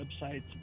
websites